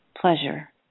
pleasure